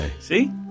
See